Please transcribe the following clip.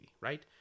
right